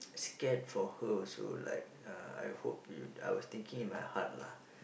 scared for her also like uh I hope you I was thinking in my heart lah